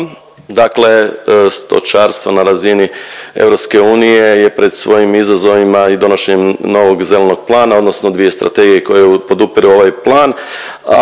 Dakle, stočarstvo na razini EU je pred svojim izazovima i donošenjem novog zelenog plana odnosno dvije strategije koje podupiru ovaj plan,